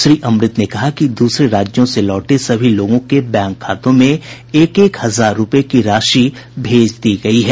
श्री अमृत ने कहा कि दूसरे राज्यों से लौटे सभी लोगों के बैंक खातों में एक एक हजार रूपये की राशि भेज दी गयी है